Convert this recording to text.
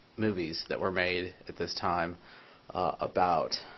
movies that were made at this time about